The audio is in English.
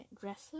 dresser